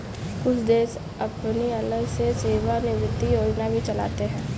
कुछ देश अपनी अलग से सेवानिवृत्त योजना भी चलाते हैं